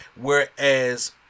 whereas